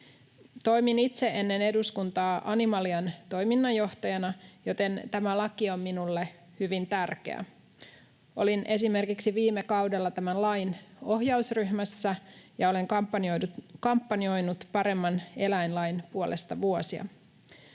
Toimin itse ennen eduskuntaa Animalian toiminnanjohtajana, joten tämä laki on minulle hyvin tärkeä. Olin esimerkiksi viime kaudella tämän lain ohjausryhmässä, ja olen kampanjoinut paremman lain puolesta vuosia.